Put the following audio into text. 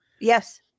yes